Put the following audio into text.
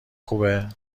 خوبه